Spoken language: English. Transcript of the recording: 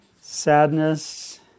Sadness